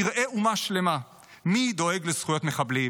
תראה אומה שלמה מי דואג לזכויות מחבלים,